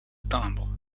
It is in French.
timbre